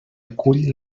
acull